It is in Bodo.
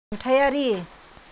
नुथायारि